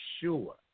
sure